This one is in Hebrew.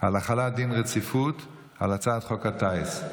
על החלת דין רציפות על הצעת חוק הטיס.